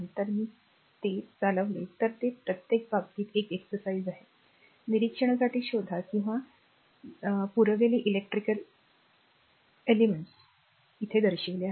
जर मी ते चालवले तर ते प्रत्येक बाबतीत एक exercise आहे निरीक्षणासाठी शोधा किंवा r द्वारे पुरवलेले electric electrical elements आहेत